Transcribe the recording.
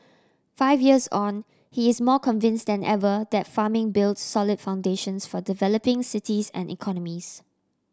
five years on he is more convinced than ever that farming builds solid foundations for developing cities and economies